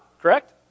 Correct